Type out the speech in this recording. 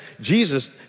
Jesus